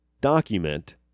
document